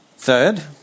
Third